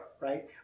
Right